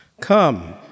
Come